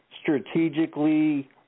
strategically